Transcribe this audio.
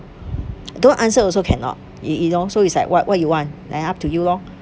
don't answer also cannot you you know so it's like what what you want then up to you lor